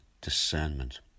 discernment